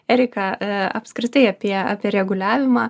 erika a apskritai apie apie reguliavimą